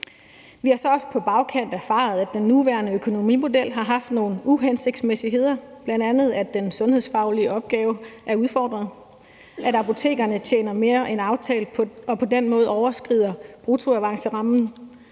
Vi har så også på bagkant erfaret, at den nuværende økonomimodel har haft nogle uhensigtsmæssigheder, bl.a. at den sundhedsfaglige opgave er udfordret, at apotekerne tjener mere end aftalt og på den måde overskrider bruttoavancerammen,